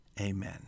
Amen